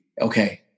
okay